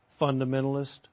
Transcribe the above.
fundamentalist